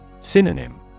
Synonym